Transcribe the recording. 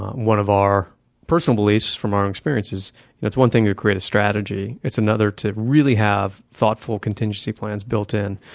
one of our personal beliefs from our own experience is it's one thing to create a strategy. it's another to really have thoughtful contingency plans built in.